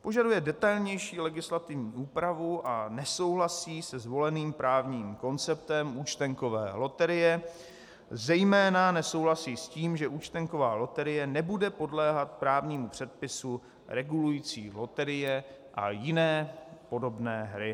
Požaduje detailnější legislativní úpravu a nesouhlasí se zvoleným právním konceptem účtenkové loterie, zejména nesouhlasí s tím, že účtenková loterie nebude podléhat právnímu předpisu regulujícímu loterie a jiné podobné hry.